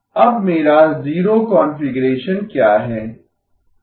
अब मेरा zero configuration क्या है